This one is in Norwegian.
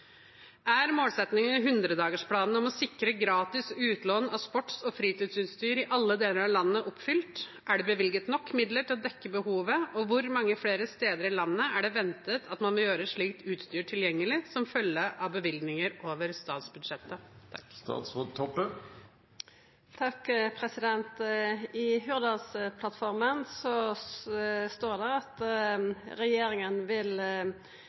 om å sikre gratis utlån av sports- og fritidsutstyr i alle deler av landet oppfylt, er det bevilget nok midler til å dekke behovet, og hvor mange flere steder i landet er det ventet at man vil gjøre slikt utstyr tilgjengelig som følge av bevilgninger over statsbudsjettet?» I Hurdalsplattforma står det at regjeringa vil sørgja for at det